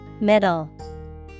Middle